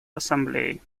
ассамблеей